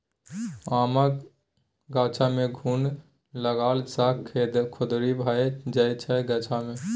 आमक गाछ मे घुन लागला सँ खोदरि भए जाइ छै गाछ मे